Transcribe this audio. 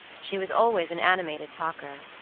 she was always an animated talker,